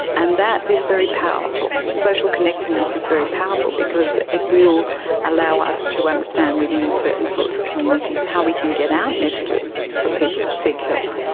and that is powerful. social connectedness is very powerful because it will allow us to understand within certain sorts of communities how we can get out messages for people to seek help,